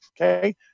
okay